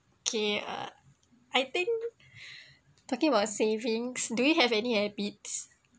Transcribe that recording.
okay ah I think talking about savings do you have any habits